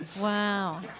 Wow